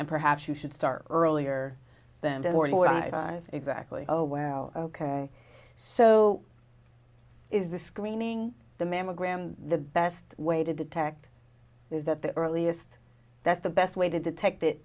and perhaps you should start earlier than did or what exactly oh well ok so is the screening the mammogram the best way to detect is that the earliest that's the best way to detect it